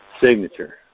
signature